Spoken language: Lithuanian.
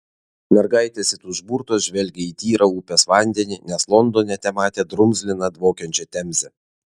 mergaitės it užburtos žvelgė į tyrą upės vandenį nes londone tematė drumzliną dvokiančią temzę